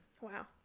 Wow